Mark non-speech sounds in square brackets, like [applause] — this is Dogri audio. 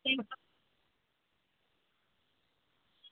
[unintelligible]